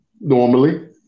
Normally